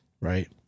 right